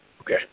Okay